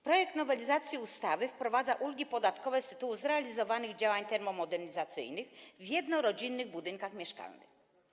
Projekt nowelizacji ustawy wprowadza ulgi podatkowe z tytułu zrealizowanych działań termomodernizacyjnych w jednorodzinnych budynkach mieszkalnych.